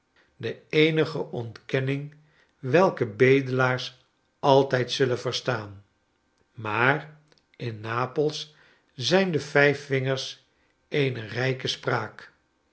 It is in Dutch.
de eenige ontkenning welke bedelaars altijd zullen verstaan maar innapels zijn de vijf vingers eene rijke spraak